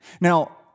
Now